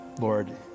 Lord